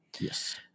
Yes